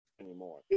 anymore